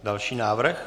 Další návrh?